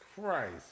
Christ